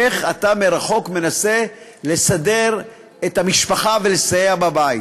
איך אתה מרחוק מנסה לסדר את המשפחה ולסייע בבית.